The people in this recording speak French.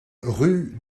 rue